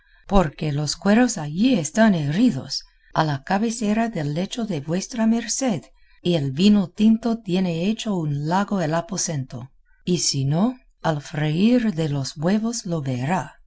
porque los cueros allí están heridos a la cabecera del lecho de vuestra merced y el vino tinto tiene hecho un lago el aposento y si no al freír de los huevos lo verá